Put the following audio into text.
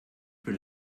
für